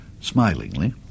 smilingly